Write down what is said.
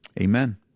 Amen